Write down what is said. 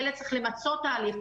ילד צריך למצות את ההליך.